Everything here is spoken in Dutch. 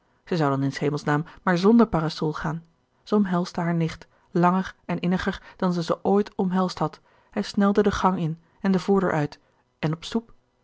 dan in s hemels naam maar zonder parasol gaan zij omshelde haar nicht langer en inniger dan zij ze ooit omhelsd had en snelde den gang in en de voordeur uit en op stoep